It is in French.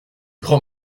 grand